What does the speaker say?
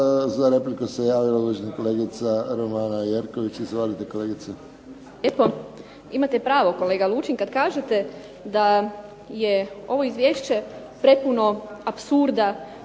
Za repliku se javila uvažena kolegica Romana Jerković. Izvolite, kolegice. **Jerković, Romana (SDP)** Imate pravo kolega Lučin kad kažete da je ovo izvješće prepuno apsurda